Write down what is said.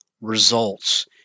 results